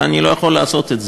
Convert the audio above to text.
ואני לא יכול לעשות את זה.